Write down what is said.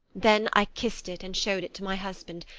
then i kissed it and showed it to my husband,